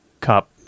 cup